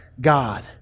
God